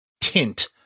tint